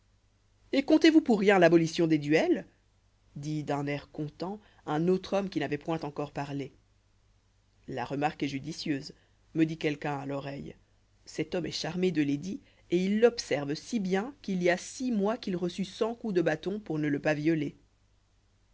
et comptez-vous pour rien l'abolition des duels dit d'un air content un autre homme qui n'avoit point encore parlé la remarque est judicieuse me dit quelqu'un à l'oreille cet homme est charmé de l'édit et il l'observe si bien qu'il y a six mois qu'il reçut cent coups de bâton pour ne le pas violer